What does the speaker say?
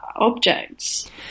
objects